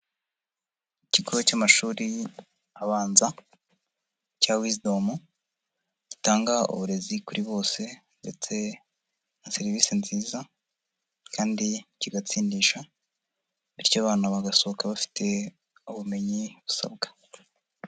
Ikigo cy'amashuri abanza cya Wizidomu, gitanga uburezi kuri bose ndetse na serivisi nziza kandi kigatsindisha, bityo abana bagasohoka bafite ubumenyi busabwa.